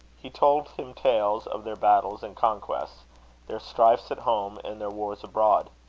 he told him tales of their battles and conquests their strifes at home, and their wars abroad.